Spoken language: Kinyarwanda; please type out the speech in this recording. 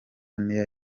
niyo